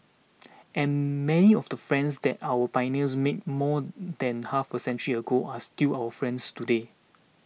and many of the friends that our pioneers made more than half a century ago are still our friends today